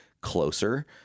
closer